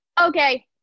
Okay